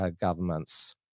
governments